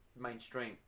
mainstream